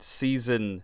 season